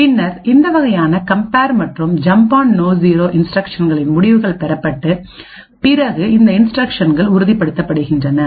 பின்னர் இந்த வகையான கம்பேர் மற்றும் ஜம்ப் ஆண் நோ ஜீரோ இன்ஸ்டிரக்ஷன்களின் முடிவுகள் பெறப்பட்ட பிறகு இந்த இன்ஸ்டிரக்ஷன்கள் உறுதிப்படுத்தப்படுகின்றது